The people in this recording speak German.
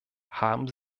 haben